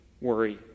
worry